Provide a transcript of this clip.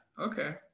Okay